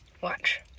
watch